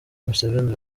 museveni